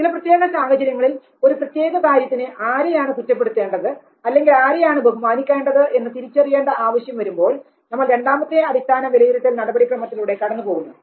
ചില പ്രത്യേക സാഹചര്യങ്ങളിൽ ഒരു പ്രത്യേക കാര്യത്തിന് ആരെയാണ് കുറ്റപ്പെടുത്തേണ്ടത് അല്ലെങ്കിൽ ആരെയാണ് ബഹുമാനിക്കേണ്ടത് എന്ന് തിരിച്ചറിയേണ്ട ആവശ്യം വരുമ്പോൾ നമ്മൾ രണ്ടാമത്തെ അടിസ്ഥാന വിലയിരുത്തൽ നടപടിക്രമത്തിലൂടെ കടന്നു പോകുന്നു